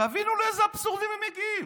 תבינו לאיזה אבסורדים הם מגיעים.